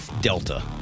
delta